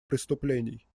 преступлений